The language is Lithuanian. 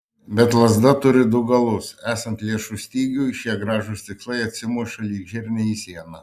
bet lazda turi du galus esant lėšų stygiui šie gražūs tikslai atsimuša lyg žirniai į sieną